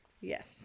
Yes